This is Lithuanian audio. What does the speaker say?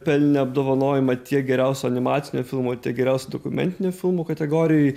pelnė apdovanojimą tiek geriausio animacinio filmo geriausio dokumentinio filmo kategorijoj